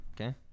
Okay